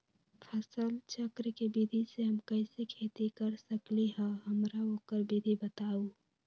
फसल चक्र के विधि से हम कैसे खेती कर सकलि ह हमरा ओकर विधि बताउ?